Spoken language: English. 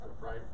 right